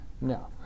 No